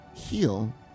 heal